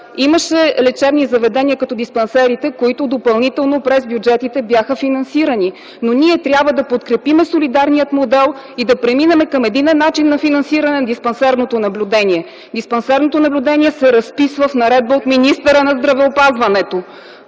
имаше лечебни заведения като диспансерите, които допълнително бяха финансирани чрез бюджетите, но ние трябва да подкрепим солидарния модел и да преминем към единен начин на финансиране на диспансерното наблюдение. Диспансерното наблюдение се разписва в наредба от министъра на здравеопазването.